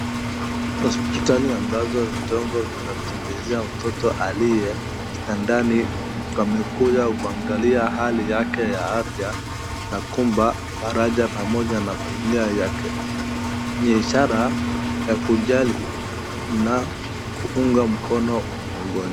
Hospitali ambazo vidogo vinatibizia mtoto aliye kitandani wamekuja kuangalia hali yake ya afya na kumpa faraja na familia yake. Ni ishara ya kujali na kuunga mkono mgonjwa.